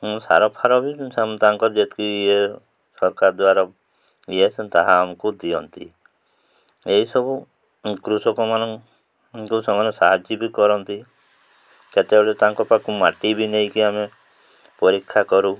ସାର ଫାର ବି ତାଙ୍କର ଯେତିକି ଇଏ ସରକାର ଦ୍ୱାରା ଇଏସନ୍ ତାହା ଆମକୁ ଦିଅନ୍ତି ଏହିସବୁ କୃଷକମାନଙ୍କୁ ସେମାନେ ସାହାଯ୍ୟ ବି କରନ୍ତି କେତେବେଳେ ତାଙ୍କ ପାଖକୁ ମାଟି ବି ନେଇକି ଆମେ ପରୀକ୍ଷା କରୁ